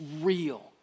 real